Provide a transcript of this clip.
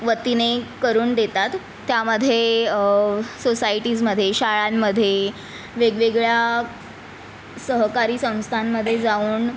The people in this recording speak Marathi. वतीने करून देतात त्यामध्ये सोसायटीजमध्ये शाळांमध्ये वेगवेगळ्या सहकारी संस्थांमध्ये जाऊन